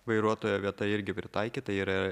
vairuotojo vieta irgi pritaikyta yra